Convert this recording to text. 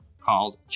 called